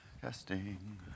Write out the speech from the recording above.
Testing